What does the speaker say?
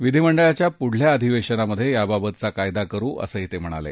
विधीमंडळाच्या पुढल्या अधिवेशनात याबाबतचा कायदा करू असंही ते म्हणाले